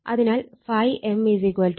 അതിനാൽ ∅m 1